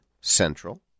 Central